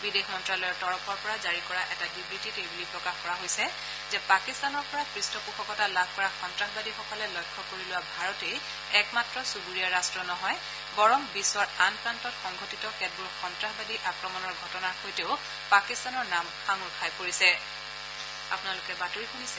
বিদেশ মন্তালয়ৰ তৰফৰ পৰা জাৰি কৰা এটা বিবৃতিত এইবুলি প্ৰকাশ কৰা হৈছে যে পাকিস্তানৰ পৰা পৃষ্ঠপোষকতা লাভ কৰা সন্নাসবাদীসকলে লক্ষ্য কৰি লোৱা ভাৰতেই একমাত্ৰ চুবুৰীয়া ৰা্ট নহয় বৰং বিশ্বৰ আন প্ৰান্তত সংঘটিত কেতবোৰ সন্তাসবাদী আক্ৰমণৰ ঘটনাৰ সৈতে পাকিস্তানৰ নাম সাঙোৰ খাই পৰিছে